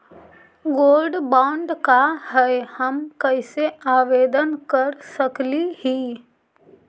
Gold bond का है, हम कैसे आवेदन कर सकली ही?